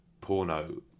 porno